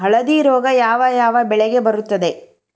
ಹಳದಿ ರೋಗ ಯಾವ ಯಾವ ಬೆಳೆಗೆ ಬರುತ್ತದೆ?